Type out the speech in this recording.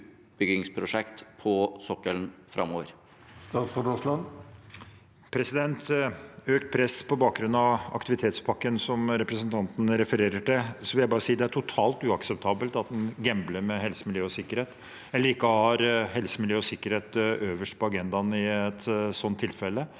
gjelder økt press på bakgrunn av aktivitetspakken som representanten refererer til, vil jeg bare si at det er totalt uakseptabelt at en gambler med helse, miljø og sikkerhet, eller ikke har helse, miljø og sikkerhet øverst på agendaen i et sånt tilfelle.